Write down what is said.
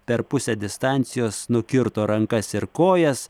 per pusę distancijos nukirto rankas ir kojas